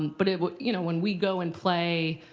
but but you know when we go and play,